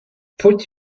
put